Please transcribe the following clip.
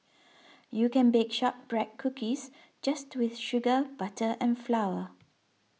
you can bake Shortbread Cookies just with sugar butter and flour